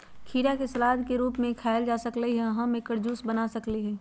खीरा के सलाद के रूप में खायल जा सकलई ह आ हम एकर जूस बना सकली ह